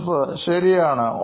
Professor ശരിയാണ്